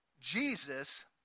Jesus